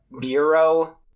bureau